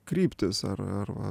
kryptys ar ar ar